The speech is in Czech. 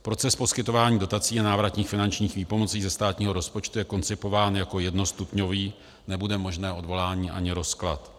Proces poskytování dotací a návratných finančních výpomocí ze státního rozpočtu je koncipován jako jednostupňový, nebude možné odvolání ani rozklad.